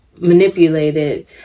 manipulated